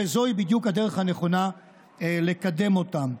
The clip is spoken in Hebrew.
וזוהי בדיוק הדרך הנכונה לקדם אותם.